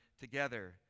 together